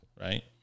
right